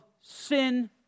sin